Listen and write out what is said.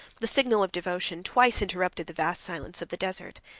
the signal of devotion, twice interrupted the vast silence of the desert.